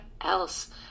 else